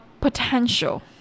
potential